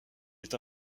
est